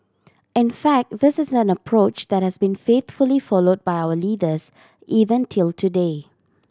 in fact this is an approach that has been faithfully followed by our leaders even till today